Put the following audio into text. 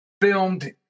filmed